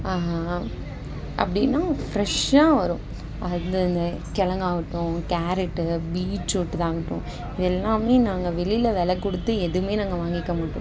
அப்படினா ஃப்ரெஷ்ஷாக வரும் அந்தந்த கிழங்காகட்டும் கேரட்டு பீட்ருட்டு தான் ஆகட்டும் இது எல்லாம் நாங்கள் வெளியில் வில கொடுத்து எதுவும் நாங்கள் வாங்கிக்க மாட்டோம்